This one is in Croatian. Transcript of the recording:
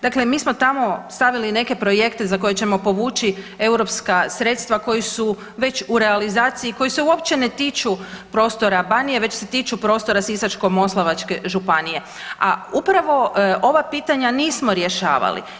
Dakle, mi smo tamo stavili neke projekte za koje ćemo povući europska sredstva koji su već u realizaciji, koji se uopće ne tiču prostora Banije već se tiču prostora Sisačko-moslavačke županije a upravo ova pitanja nismo rješavali.